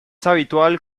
habitual